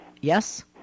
Yes